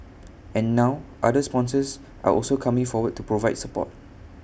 and now other sponsors are also coming forward to provide support